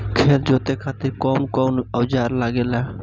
खेत जोते खातीर कउन कउन औजार लागेला?